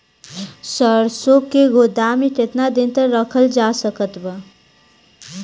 सरसों के गोदाम में केतना दिन तक रखल जा सकत बा?